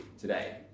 today